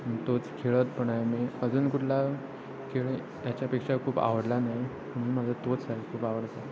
तोच खेळत पण आहे मी अजून कुठला खेळ याच्यापेक्षा खूप आवडला नाही म्हणून माझा तोच आहे खूप आवडता